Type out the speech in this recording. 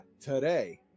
today